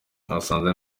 basanze